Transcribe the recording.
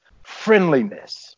friendliness